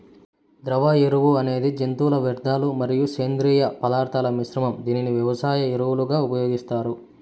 ద్రవ ఎరువు అనేది జంతువుల వ్యర్థాలు మరియు సేంద్రీయ పదార్థాల మిశ్రమం, దీనిని వ్యవసాయ ఎరువులుగా ఉపయోగిస్తారు